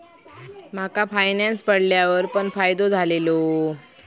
माका फायनांस पडल्यार पण फायदो झालेलो